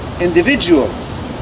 individuals